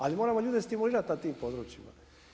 Ali moramo ljude stimulirati na tim područjima.